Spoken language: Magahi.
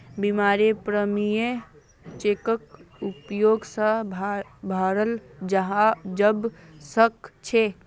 बीमारेर प्रीमियम चेकेर उपयोग स भराल जबा सक छे